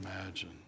imagine